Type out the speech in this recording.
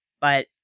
but-